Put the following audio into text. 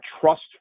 trust